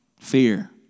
Fear